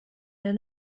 der